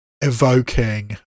evoking